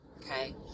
okay